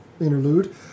interlude